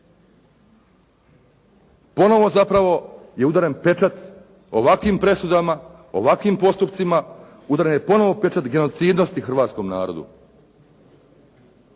Ponovo zapravo je udaren pečat ovakvim presudama, ovakvim postupcima. Udaren je ponovo pečat genocidnosti hrvatskom narodu